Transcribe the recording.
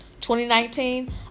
2019